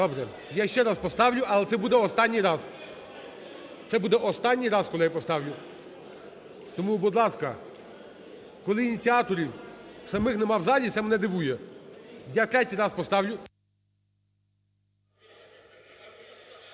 Добре, я ще раз поставлю, але це буде останній раз. Це буде останній раз, коли я поставлю. Тому, будь ласка, коли ініціаторів самих немає в залі, це мене дивує. Я третій раз поставлю…